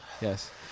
Yes